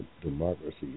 democracy